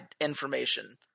information